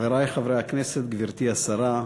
חברי חברי הכנסת, גברתי השרה,